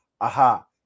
aha